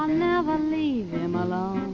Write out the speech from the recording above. ah never leave him alone,